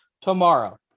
tomorrow